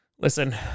listen